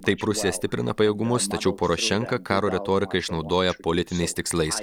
taip rusija stiprina pajėgumus tačiau porošenka karo retoriką išnaudoja politiniais tikslais